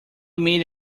made